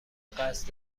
قصد